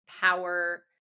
power